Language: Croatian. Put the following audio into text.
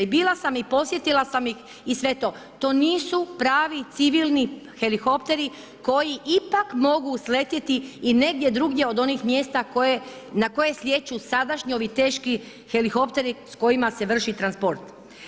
I bila sam i posjetila sam i sve to, to nisu pravi civilni helikopteri koji ipak mogu sletjeti i negdje drugdje od onih mjesta na koje slijeću sadašnji ovi teški helikopteri s kojima se vrši transport.